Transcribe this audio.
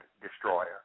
destroyer